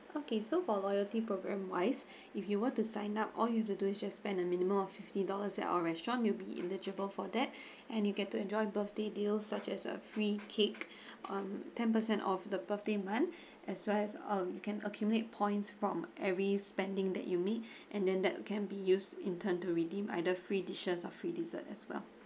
okay so for loyalty program wise if you were to sign up all you to do is just spend a minimum of fifty dollars at our restaurant will be eligible for that and you get to enjoy birthday deals such as a free kick um ten percent of the birthday month as well as uh you can accumulate points from every spending that you meet and then that can be used in turn to redeem either free dishes or free dessert as well